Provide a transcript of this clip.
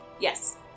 Yes